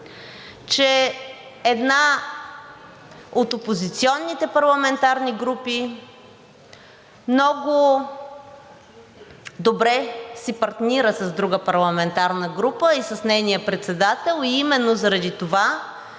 че една от опозиционните парламентарни групи много добре си партнира с друга парламентарна група и с нейния председател, и именно заради това